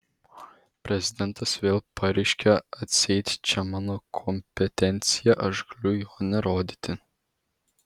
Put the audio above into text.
prezidentas vėl pareiškia atseit čia mano kompetencija aš galiu jo nerodyti